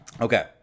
Okay